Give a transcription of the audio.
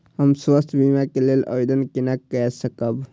हम स्वास्थ्य बीमा के लेल आवेदन केना कै सकब?